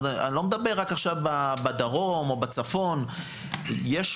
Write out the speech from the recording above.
אני לא מדבר עכשיו רק בצפון או בצפון.